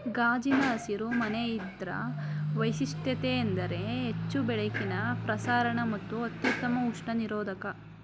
ಗಾಜಿನ ಹಸಿರು ಮನೆ ಇದ್ರ ವೈಶಿಷ್ಟ್ಯತೆಯೆಂದರೆ ಹೆಚ್ಚು ಬೆಳಕಿನ ಪ್ರಸರಣ ಮತ್ತು ಅತ್ಯುತ್ತಮ ಉಷ್ಣ ನಿರೋಧಕ